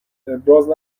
ابراز